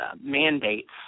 mandates